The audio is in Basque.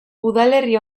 udalerri